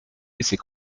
laisser